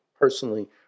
personally